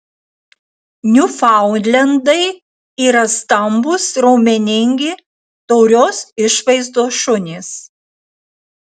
niufaundlendai yra stambūs raumeningi taurios išvaizdos šunys